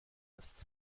ist